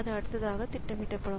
இதுஅடுத்ததாக திட்டமிடப்படும்